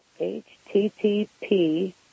http